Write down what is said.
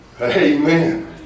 Amen